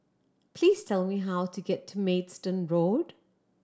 please tell me how to get to Maidstone Road